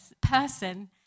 person